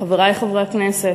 חברי חברי הכנסת,